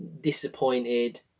disappointed